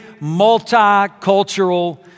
multicultural